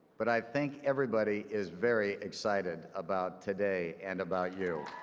but i think everybody is very excited about today and about you.